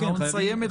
אנחנו נסיים את הדיון.